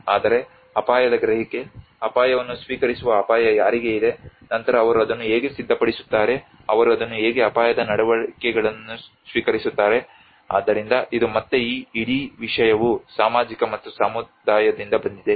ಆದರೆ ಅಪಾಯದ ಗ್ರಹಿಕೆ ಅಪಾಯವನ್ನು ಸ್ವೀಕರಿಸುವ ಅಪಾಯ ಯಾರಿಗೆ ಇದೆ ನಂತರ ಅವರು ಅದನ್ನು ಹೇಗೆ ಸಿದ್ಧಪಡಿಸುತ್ತಾರೆ ಅವರು ಅದನ್ನು ಹೇಗೆ ಅಪಾಯದ ನಡವಳಿಕೆಯನ್ನು ಸ್ವೀಕರಿಸುತ್ತಾರೆ ಆದ್ದರಿಂದ ಇದು ಮತ್ತೆ ಈ ಇಡೀ ವಿಷಯವು ಸಾಮಾಜಿಕ ಮತ್ತು ಸಮುದಾಯದಿಂದ ಬಂದಿದೆ